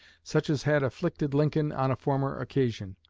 such as had afflicted lincoln on a former occasion.